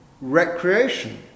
recreation